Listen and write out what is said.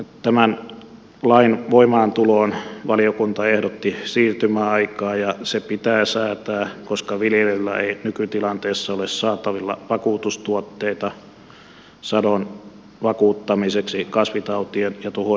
tämän lain voimaantuloon valiokunta ehdotti siirtymäaikaa ja se pitää säätää koska viljelijöillä ei nykytilanteessa ole saatavilla vakuutustuotteita sadon vakuuttamiseksi kasvitautien ja tuhojen varalta